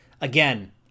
Again